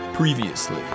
Previously